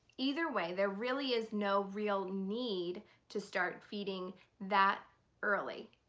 either way there really is no real need to start feeding that early.